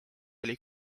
oli